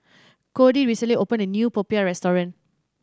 Codie recently opened a new popiah restaurant